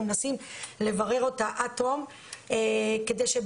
אנחנו מנסים לברר אותה עד תום כי בסוף